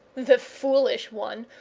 the foolish one,